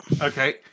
Okay